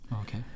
okay